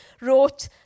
wrote